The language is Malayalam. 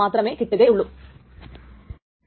അങ്ങനെ വരുമ്പോൾ ക്രമത്തിൽ ആണ് വരിക